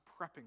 prepping